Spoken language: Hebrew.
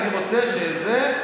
אני רוצה שעל זה,